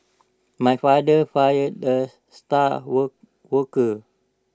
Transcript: my father fired the star work worker